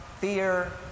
fear